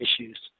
issues